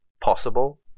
possible